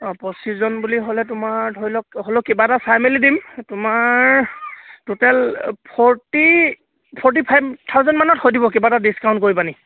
অঁ পঁচিছজন বুলি হ'লে তোমাৰ ধৰি লওক হ'লেও কিবা এটা চাই মেলি দিম তোমাৰ টুটেল ফৰটি ফৰ্টি ফাইভ থাউজেণ্ডমানত হৈ দিব কিবা এটা ডিছকাউণ্ট কৰি পানি